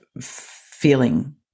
feeling